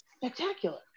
spectacular